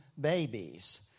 babies